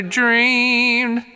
dreamed